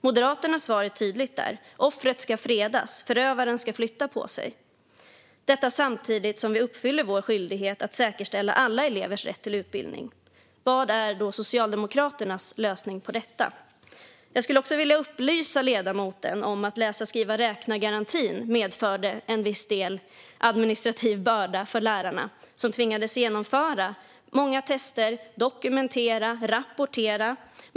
Moderaternas svar är tydligt: Offret ska fredas och förövaren flyttas - detta samtidigt som vi uppfyller vår skyldighet att säkerställa alla elevers rätt till utbildning. Vad är Socialdemokraternas lösning på detta? Låt mig också upplysa ledamoten om att läsa-skriva-räkna-garantin medförde en administrativ börda för lärarna när de tvingades genomföra många tester, dokumentera och rapportera.